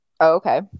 Okay